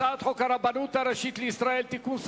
הצעת חוק הרבנות הראשית לישראל (תיקון,